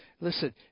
Listen